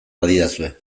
badidazue